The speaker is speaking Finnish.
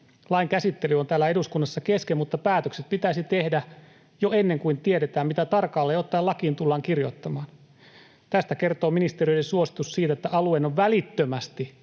Lain käsittely on täällä eduskunnassa kesken, mutta päätökset pitäisi tehdä jo ennen kuin tiedetään, mitä tarkalleen ottaen lakiin tullaan kirjoittamaan. Tästä kertoo ministeriöiden suositus siitä, että alueen on välittömästi